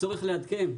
הצורך לעדכן.